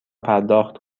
پرداخت